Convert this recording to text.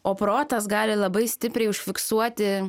o protas gali labai stipriai užfiksuoti